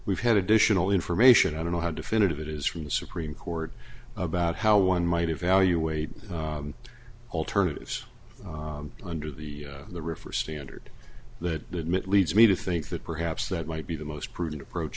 we've had additional information i don't know how definitive it is from the supreme court about how one might evaluate alternatives under the the river standard that leads me to think that perhaps that might be the most prudent approach